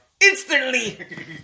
instantly